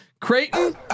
Creighton